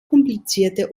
komplizierte